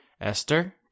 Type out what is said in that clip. Esther